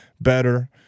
better